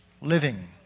Living